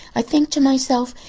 i think to myself,